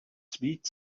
sweet